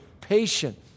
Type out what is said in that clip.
patient